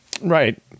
Right